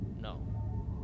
No